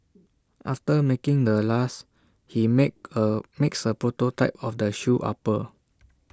after making the last he make A makes A prototype of the shoe upper